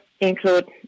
include